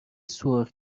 سرخ